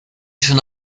schon